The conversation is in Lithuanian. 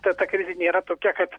ta ta krizė nėra tokia kad